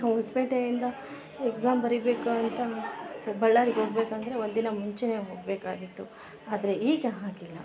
ನಾವು ಹೊಸಪೇಟೆಯಿಂದ ಎಗ್ಸಾಮ್ ಬರಿಬೇಕು ಅಂತ ಬಳ್ಳಾರಿಗೆ ಹೋಗ್ಬೇಕಂದ್ರೆ ಒಂದಿನ ಮುಂಚೆ ಹೋಗ್ಬೇಕಾಗಿತ್ತು ಆದರೆ ಈಗ ಹಾಗಿಲ್ಲ